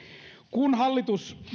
kun hallitus